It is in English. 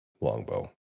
longbow